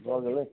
भऽ गेलै